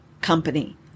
company